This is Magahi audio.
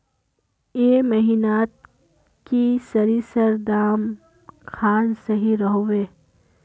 ए महीनात की सरिसर दाम खान सही रोहवे?